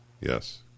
Yes